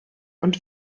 und